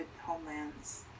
homelands